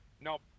Nope